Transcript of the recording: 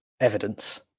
evidence